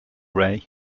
ray